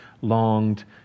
longed